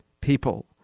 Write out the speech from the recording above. people